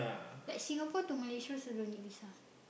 like Singapore to Malaysia also don't need Visa